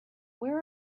where